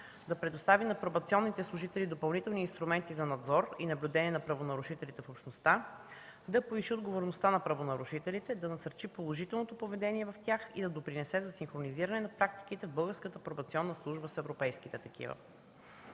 да предостави на пробационните служители допълнителни инструменти за надзор и наблюдение на правонарушителите в Общността, да повиши отговорността на правонарушителите, да насърчи положителното поведение в тях и да допринесе за синхронизиране на практиките в Българската пробационна служба с европейските такива.